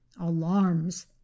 alarms